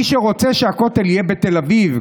מי שרוצה שהכותל יהיה בתל אביב,